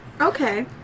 Okay